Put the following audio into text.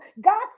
God